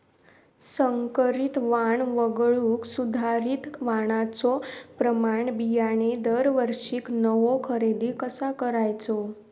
संकरित वाण वगळुक सुधारित वाणाचो प्रमाण बियाणे दरवर्षीक नवो खरेदी कसा करायचो?